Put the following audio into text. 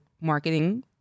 marketing